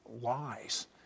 lies